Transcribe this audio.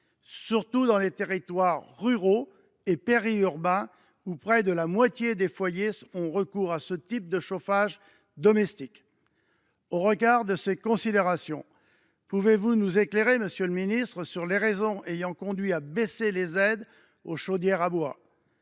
surtout dans les territoires ruraux et périurbains, où près de la moitié des foyers ont recours à ce type de chauffage domestique. Au regard de ces considérations, pouvez vous nous éclairer, monsieur le ministre, sur les raisons ayant conduit à baisser les aides aux chaudières à bois ?